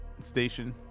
station